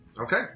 Okay